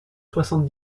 soixante